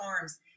arms